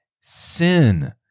sin